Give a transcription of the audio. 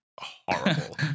horrible